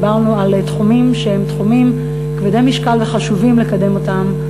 דיברנו על תחומים שהם תחומים כבדי משקל וחשוב לקדם אותם.